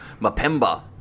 Mapemba